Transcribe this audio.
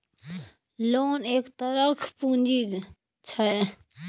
loan एक तरहक पुंजी छै